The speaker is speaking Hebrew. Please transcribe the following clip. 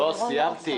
כן סיימתי.